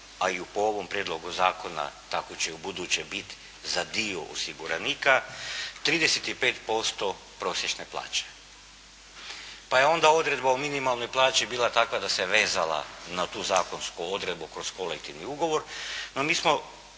a i po ovom prijedlogu zakona tako će i ubuduće biti za dio osiguranika, 35% prosječne plaće. Pa je onda odredba o minimalnoj plaći bila takva da se vezala na tu zakonsku odredbu kroz kolektivni ugovor, no mi smo